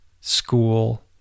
school